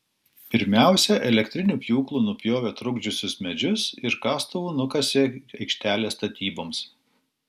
pirmiausia elektriniu pjūklu nupjovė trukdžiusius medžius ir kastuvu nukasė aikštelę statyboms